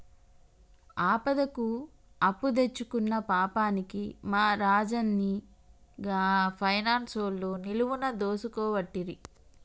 ఆపదకు అప్పుదెచ్చుకున్న పాపానికి మా రాజన్ని గా పైనాన్సోళ్లు నిలువున దోసుకోవట్టిరి